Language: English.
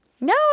no